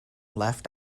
left